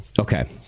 Okay